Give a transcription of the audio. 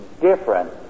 different